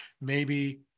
Maybe-